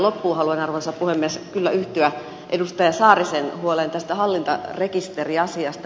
loppuun haluan arvoisa puhemies kyllä yhtyä edustaja saarisen huoleen tästä hallintarekisteriasiasta